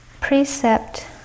precept